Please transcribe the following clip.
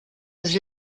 was